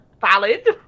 valid